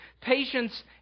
Patience